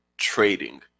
trading